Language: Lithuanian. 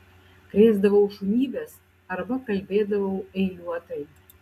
krėsdavau šunybes arba kalbėdavau eiliuotai